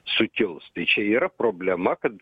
sukils tai čia yra problema kad